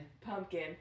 Pumpkin